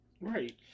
Right